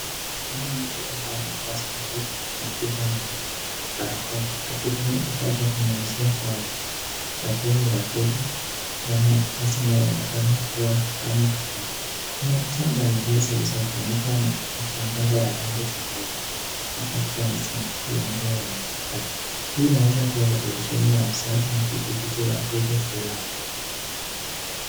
Huyu mtu ambaye amevaa suti ya kinga na barakoa akitumia kifaa cha kunyunyizia dawa cha kuua wadudu ndani ya nafasi inayoonekana kuwa kama gala. Kuna bidhaa mbalimbali zilizofunikwa na matambara ya rangi tofauti na baadhi ya masanduku ya mbao yanaonekana, hii inaweza kuwa operesheni ya usafi na kudhibiti wadudu fulani.